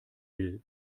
will